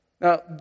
Now